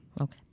Okay